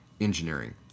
engineering